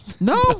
No